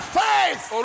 faith